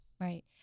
Right